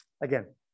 Again